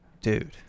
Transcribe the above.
dude